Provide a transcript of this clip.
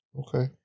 Okay